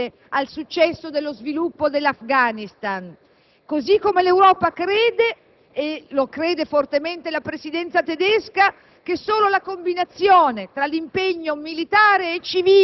che tutta l'Europa ha un fondamentale interesse al successo dello sviluppo dell'Afghanistan, così come l'Europa crede - e lo crede fortemente la Presidenza tedesca